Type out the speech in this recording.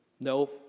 No